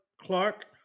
Clark